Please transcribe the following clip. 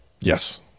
yes